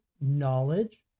knowledge